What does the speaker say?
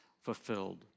fulfilled